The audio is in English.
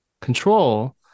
control